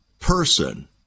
person